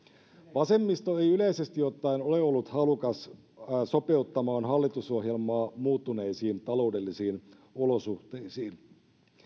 vasemmisto ei yleisesti ottaen ole ollut halukas sopeuttamaan hallitusohjelmaa muuttuneisiin taloudellisiin olosuhteisiin